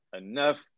enough